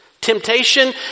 Temptation